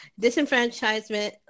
Disenfranchisement